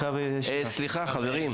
סליחה, חברים,